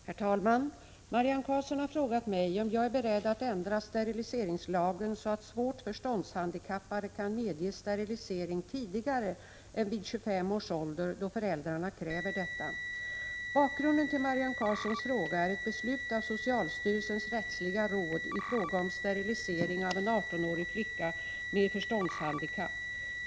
Herr talman! Marianne Karlsson har frågat mig om jag är beredd att ändra steriliseringslagen, så att svårt förståndshandikappade kan medges sterilisering tidigare än vid 25 års ålder då föräldrarna kräver detta. Bakgrunden till Marianne Karlssons fråga är ett beslut av socialstyrelsens rättsliga råd i fråga om sterilisering av en 18-årig flicka med förståndshandikapp.